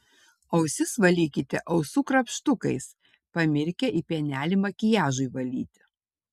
ausis valykite ausų krapštukais pamirkę į pienelį makiažui valyti